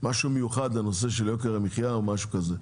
משהו מיוחד לנושא של יוקר המחיה או משהו כזה,